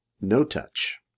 no-touch